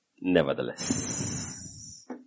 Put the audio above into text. nevertheless